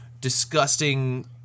disgusting